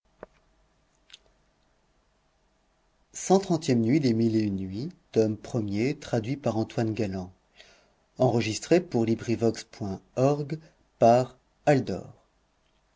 nuit iv nuit